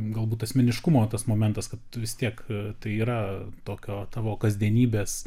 galbūt asmeniškumo tas momentas kad vis tiek tai yra tokio tavo kasdienybės